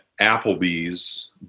Applebee's